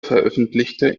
veröffentlichte